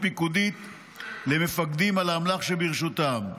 פיקודית למפקדים על האמל"ח שברשותם.